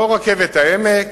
לא רכבת העמק,